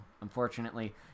Unfortunately